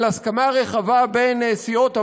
של הסכמה רחבה בין סיעות הבית,